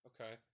Okay